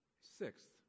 Sixth